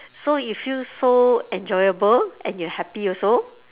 so it feels so enjoyable and you're happy also